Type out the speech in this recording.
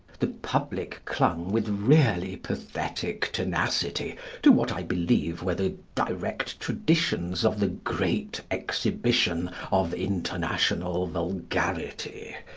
the public clung with really pathetic tenacity to what i believe were the direct traditions of the great exhibition of international vulgarity,